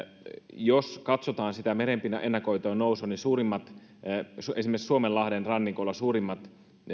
jos katsotaan sitä merenpinnan ennakoitua nousua niin suurimmat esimerkiksi suomenlahden rannikolla